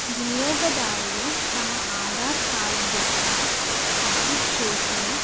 వినియోగదారులు తమ ఆధార్ కార్డ్ యొక్క స్కాన్ చేసిన